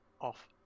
off